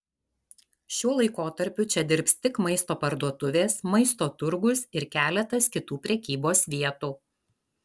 šiuo laikotarpiu čia dirbs tik maisto parduotuvės maisto turgus ir keletas kitų prekybos vietų